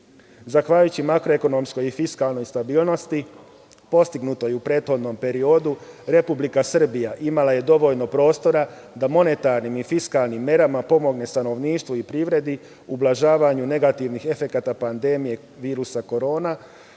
Zahvaljujući makroekonomskoj i fiskalnoj stabilnosti postignutoj u prethodnom periodu, Republika Srbija imala je dovoljno prostora da monetarnim i fiskalnim merama pomogne stanovništvu i privredi u ublažavanju negativnih efekata pandemije virusa korona.